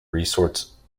resource